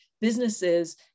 businesses